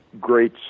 great